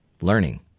learning